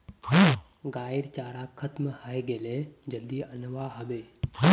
गाइर चारा खत्म हइ गेले जल्दी अनवा ह बे